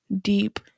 deep